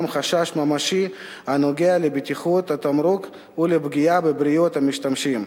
חשש ממשי הנוגע לבטיחות התמרוק ולפגיעה בבריאות המשתמשים.